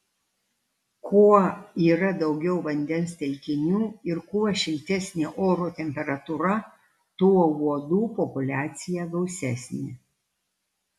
kuo yra daugiau vandens telkinių ir kuo šiltesnė oro temperatūra tuo uodų populiacija gausesnė